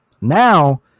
Now